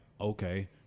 Okay